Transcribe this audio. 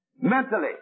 mentally